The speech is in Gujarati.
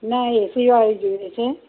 ના એસીવાળી જોઈએ છે